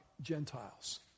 Gentiles